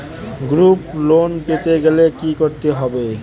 Group loan পেতে গেলে কি করতে হবে?